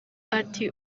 ati